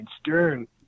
Stern